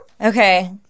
Okay